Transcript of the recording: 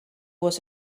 was